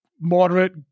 moderate